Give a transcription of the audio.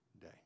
day